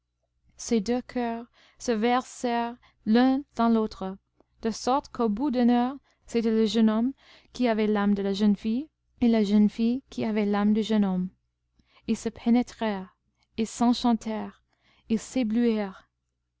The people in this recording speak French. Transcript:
ces deux coeurs se versèrent l'un dans l'autre de sorte qu'au bout d'une heure c'était le jeune homme qui avait l'âme de la jeune fille et la jeune fille qui avait l'âme du jeune homme ils se pénétrèrent ils s'enchantèrent ils